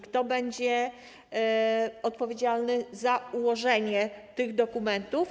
Kto będzie odpowiedzialny za ułożenie tych dokumentów?